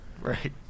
Right